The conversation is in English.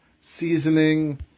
seasoning